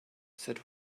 said